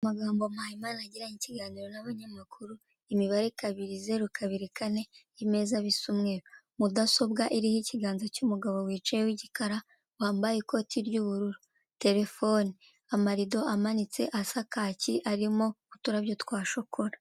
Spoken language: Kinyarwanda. Amagambo Mpayimana yagiranye ikiganiro n'amakuru imibare kabiri zeru kabiri kane, imeza bisa umweru mudasobwa iriho ikiganza cy'umugabo wicaye w'igikara wambaye ikoti ry'ubururu terefone, amarido amanitse asa kaki arimo uturabyo twa shokora.